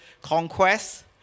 Conquest